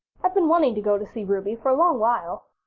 i've been wanting to go to see ruby for a long while,